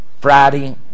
Friday